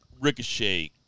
Ricochet